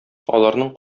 аларның